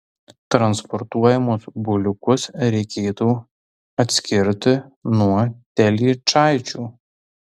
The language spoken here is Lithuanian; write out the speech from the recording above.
transportuojamus buliukus reikėtų atskirti nuo telyčaičių